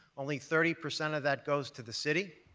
only thirty percent of that goes to the city,